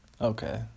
Okay